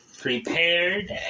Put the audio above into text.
prepared